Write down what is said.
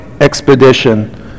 expedition